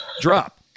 drop